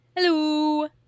Hello